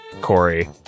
Corey